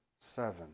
seven